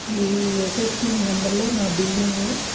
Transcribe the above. ఈ అసెస్మెంట్ నెంబర్లో నా బిల్డింగు